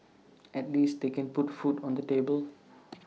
at least they can put food on the table